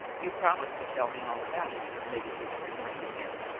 you promised to tell me all about it, lady ruth reminded him,